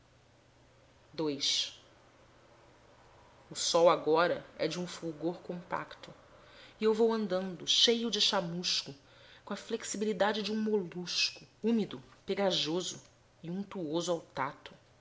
pedaços o sol agora é de um fulgor compacto e eu vou andando cheio de chamusco com a flexibilidade de um molusco úmido pegajoso e untuoso ao tacto